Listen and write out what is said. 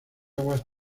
aguas